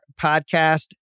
Podcast